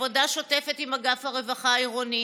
עבודה שוטפת עם אגף הרווחה העירוני,